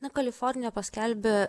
na kalifornija paskelbė